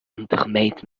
ondermijnt